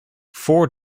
four